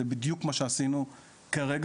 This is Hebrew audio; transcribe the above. זה בדיוק מה שעשינו כרגע.